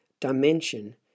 dimension